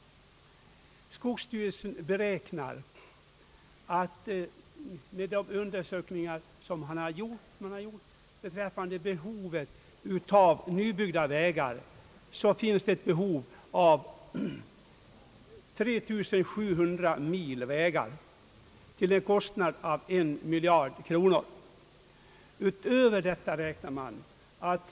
Skogsstyrelsen beräknar, efter undersökningar som gjorts beträffande behovet av nybyggda vägar, att det behövs 3700 mil vägar till en kostnad av en miljard kronor.